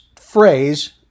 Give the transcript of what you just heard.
phrase